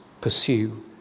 pursue